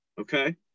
Okay